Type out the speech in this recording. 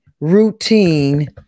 routine